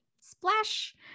splash